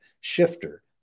shifter